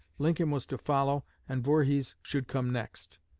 lincoln was to follow, and voorhees should come next.